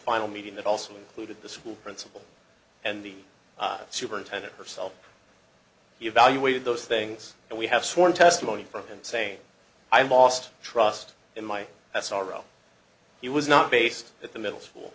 final meeting that also included the school principal and the superintendent herself he evaluated those things and we have sworn testimony from him saying i lost trust in my s r o he was not based at the middle school